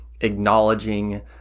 acknowledging